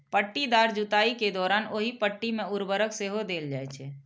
पट्टीदार जुताइ के दौरान ओहि पट्टी मे उर्वरक सेहो देल जाइ छै